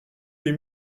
huit